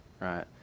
right